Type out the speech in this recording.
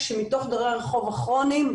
שמתוך דיירי הרחוב הכרוניים,